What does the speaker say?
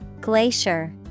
Glacier